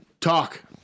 Talk